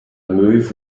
move